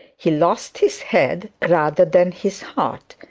he lost his head rather than his heart,